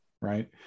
right